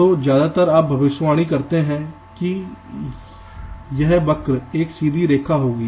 तो ज्यादातर आप भविष्यवाणी करते हैं कि यह वक्र एक सीधी रेखा होगी